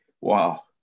wow